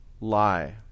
lie